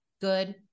good